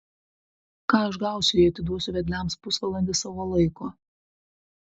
ką aš gausiu jei atiduosiu vedliams pusvalandį savo laiko